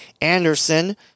Anderson